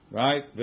right